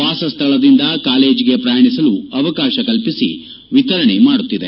ವಾಸಸ್ವಳದಿಂದ ಕಾಲೇಜಿಗೆ ಪ್ರಯಾಣಿಸಲು ಅವಕಾಶ ಕಲ್ಪಿಸಿ ವಿತರಣೆ ಮಾಡುತ್ತಿದೆ